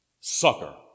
sucker